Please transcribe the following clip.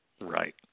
Right